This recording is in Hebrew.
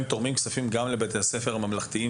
הם תורמים כספים גם לבתי הספר הממלכתיים